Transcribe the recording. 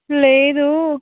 లేదూ